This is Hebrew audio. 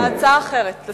הצעה אחרת.